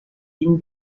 team